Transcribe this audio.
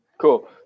Cool